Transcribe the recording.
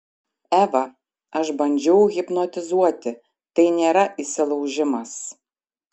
eva aš bandžiau hipnotizuoti tai nėra įsilaužimas